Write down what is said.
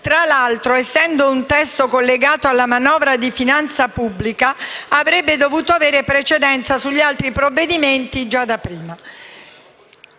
Tra l'altro, essendo un testo collegato alla manovra di finanza pubblica, avrebbe dovuto avere precedenza sugli altri provvedimenti già da prima.